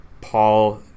Paul